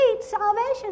salvation